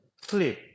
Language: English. sleep